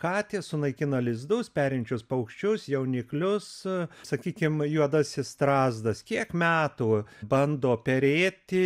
katės sunaikina lizdus perinčius paukščius jauniklius sakykim juodasis strazdas kiek metų bando perėti